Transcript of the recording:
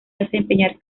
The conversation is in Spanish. desempeñar